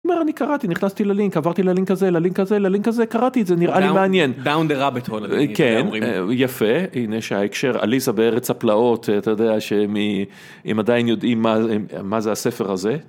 מה... אני קראתי, נכנסתי ללינק, עברתי ללינק הזה, ללינק הזה, ללינק הזה, קראתי את זה, נראה לי מעניין. Down, down the rabbit hole אומרים. כן, כן, יפה... הנה שההקשר אליסה בארץ הפלאות, אתה יודע שמ... הם עדיין יודעים מה... מה זה הספר הזה.